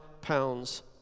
pounds